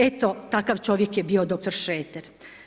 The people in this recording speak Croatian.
Eto, takav čovjek je bio dr. Šreter.